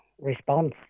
response